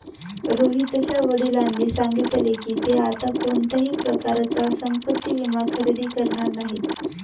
रोहितच्या वडिलांनी सांगितले की, ते आता कोणत्याही प्रकारचा संपत्ति विमा खरेदी करणार नाहीत